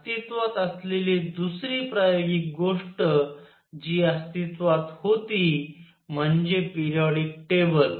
अस्तित्वात असलेली दुसरी प्रायोगिक गोष्ट जी अस्तित्वात होती म्हणजे पेरियॉडिक टेबल